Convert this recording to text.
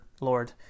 Lord